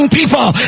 people